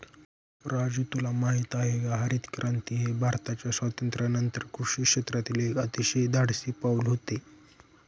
राजू तुला माहित आहे का हरितक्रांती हे भारताच्या स्वातंत्र्यानंतर कृषी क्षेत्रातील एक अतिशय धाडसी पाऊल होते